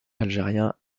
algérien